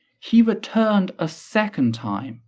he returned a second time,